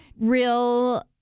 Real